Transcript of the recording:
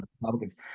Republicans